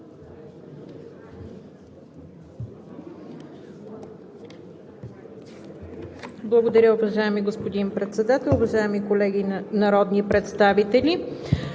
Благодаря Ви, господин Председател. Уважаеми колеги народни представители!